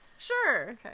Sure